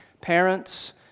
parents